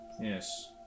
yes